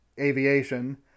aviation